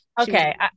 Okay